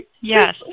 Yes